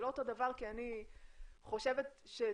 זה לא אותו הדבר כי אני חושבת שצריך